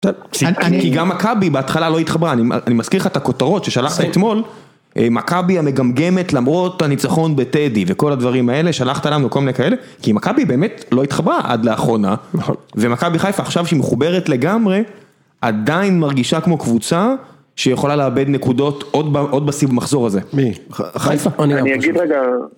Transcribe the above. גם מכבי בהתחלה לא התחברה, אני מזכיר לך את הכותרות ששלחת אתמול מכבי המגמגמת למרות הניצחון בטדי וכל הדברים האלה שלחת להץנו כל מיני כאלה, כי מקכבי באמת לא התחברה עד לאחרונה, נכון, ומכבי חיפה עכשיו שהיא מחוברת לגמרי עדיין מרגישה כמו קבוצה שיכולה לאבד נקודות עוד בסיב המחזור הזה, מי? חיפה, אני אגיד רגע